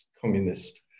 communist